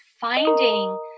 finding